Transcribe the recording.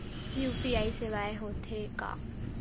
UPI सेवाएं हो थे का?